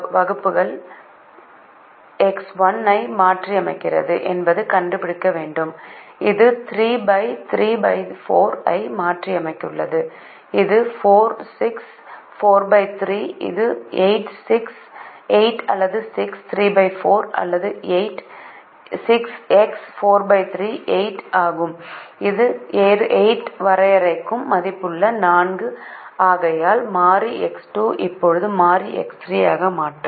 இப்போது x 2 x 3 அல்லது x 1 ஐ மாற்றியமைக்கிறது என்பதைக் கண்டுபிடிக்க வேண்டும் இது 3 34 ஐ மாற்றியமைக்கிறது இது 4 6 43 இது 8 அல்லது 6 34 இது 8 6x 43 8 ஆகும் 8 வரையறுக்கும் மதிப்புகள் 4 ஆகையால் மாறி X2 இப்போது மாறி X3 ஐ மாற்றும்